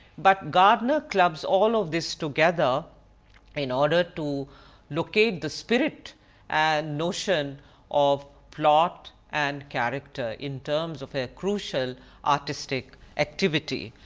but gardner clubs all of this together in order to locate the spirit and notion of plot and character in terms of a crucial artistic activity.